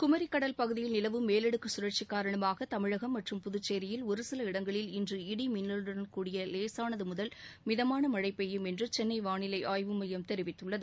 குமரிக் கடல் பகுதியில் நிலவும் மேலடுக்கு கழற்சி காரணமாக தமிழகம் மற்றும் புதுச்சேரியில் ஒருசில இடங்களில் இன்று இடி மின்னலுடன் கூடிய லேசானது முதல் மிதமான மழழ பெய்யும் என்று சென்னை வானிலை ஆய்வு மையம் தெரிவித்துள்ளது